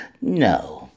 No